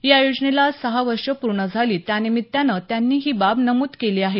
या योजनेला आज सहा वर्ष पूर्ण झाली त्यानिमित्तानं त्यांनी ही बाब नमूद केली आहे